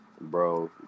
Bro